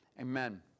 Amen